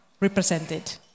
represented